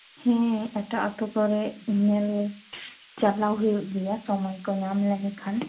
ᱦᱮᱸ ᱮᱴᱟᱜ ᱟᱹᱛᱩ ᱠᱚᱨᱮ ᱧᱮᱞ ᱪᱟᱞᱟᱣ ᱦᱩᱭᱩᱜ ᱜᱮᱭᱟ ᱥᱚᱢᱚᱭ ᱠᱚ ᱧᱟᱢ ᱞᱮᱱᱠᱷᱟᱱ